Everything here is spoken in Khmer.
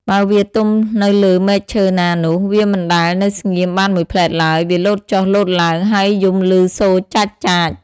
បើវាទំនៅលើមែកឈើណានោះ វាមិនដែលនៅស្ងៀមបានមួយភ្លែតឡើយ វាលោតចុះលោតឡើង ហើយយំឮសូរចាច់ៗ។